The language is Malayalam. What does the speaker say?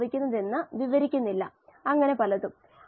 യഥാർത്ഥ ബ്രോത്തിൽ കോശങ്ങൾ ഇല്ല